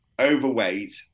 Overweight